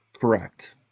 Correct